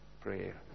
prayer